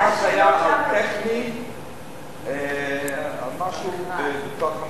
הבג"ץ היה טכנית על משהו בתוך המכרז,